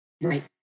Right